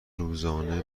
روزانه